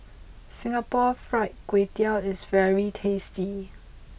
Singapore Fried Kway Tiao is very tasty